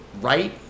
right